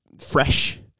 fresh